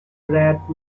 red